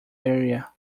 area